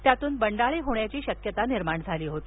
त्यातून बंडाळी होण्याची शक्यता निर्माण झाली होती